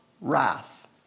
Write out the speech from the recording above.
wrath